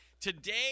today